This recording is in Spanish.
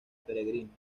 peregrinos